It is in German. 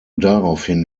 daraufhin